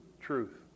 truth